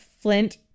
Flint